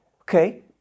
Okay